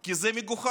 כי זה מגוחך.